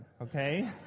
okay